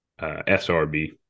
SRB